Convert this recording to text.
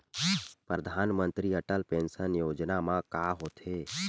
परधानमंतरी अटल पेंशन योजना मा का होथे?